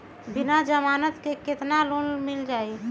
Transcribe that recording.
बिना जमानत के केतना लोन मिल जाइ?